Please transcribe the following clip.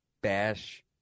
bash